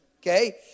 Okay